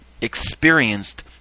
experienced